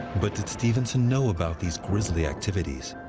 but did stevenson know about these grisly activities?